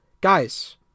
Guys